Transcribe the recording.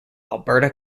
alberta